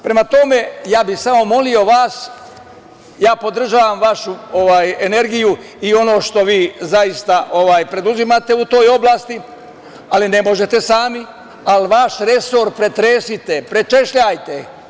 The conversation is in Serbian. Prema tome, ja bih samo molio vas, podržavam vašu energiju i ono što vi zaista preduzimate u toj oblasti, ne možete sami, ali vaš resor pretresite, prečešljajte.